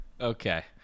Okay